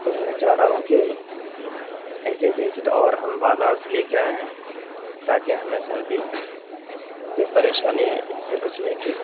تو میں چاہ رہا ہوں کہ ایسے جیکٹ اور ہم بازار سے لے کے آئیں تاکہ ہمیں سردی سے پریشانی سے بچنے کی